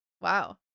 Wow